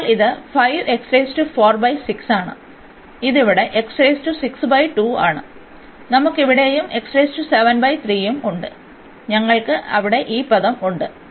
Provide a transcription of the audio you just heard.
അതിനാൽ ഇപ്പോൾ ഇത് ആണ് ഇത് ഇവിടെ ആണ് നമുക്ക് ഇവിടെയും ഉം ഉണ്ട് ഞങ്ങൾക്ക് അവിടെ ഈ പദം ഉണ്ട്